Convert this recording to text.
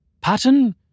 Pattern